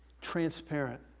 transparent